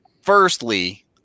Firstly